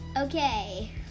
Okay